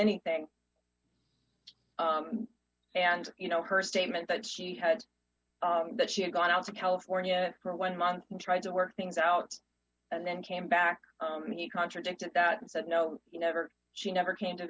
anything and you know her statement that she had that she had gone out to california for one month and tried to work things out and then came back and he contradicted that and said no you never she never came to